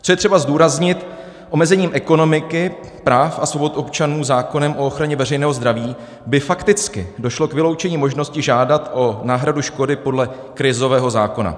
Co je třeba zdůraznit, že omezením ekonomiky, práv a svobod občanů zákonem o ochraně veřejného zdraví by fakticky došlo k vyloučení možnosti žádat o náhradu škody podle krizového zákona.